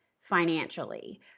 financially